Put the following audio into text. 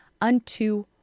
unto